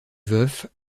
veuf